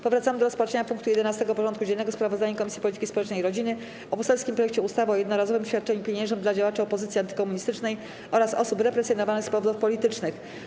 Powracamy do rozpatrzenia punktu 11. porządku dziennego: Sprawozdanie Komisji Polityki Społecznej i Rodziny o poselskim projekcie ustawy o jednorazowym świadczeniu pieniężnym dla działaczy opozycji antykomunistycznej oraz osób represjonowanych z powodów politycznych.